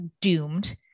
doomed